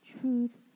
truth